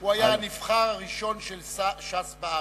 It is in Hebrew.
הוא היה הנבחר הראשון של ש"ס בארץ,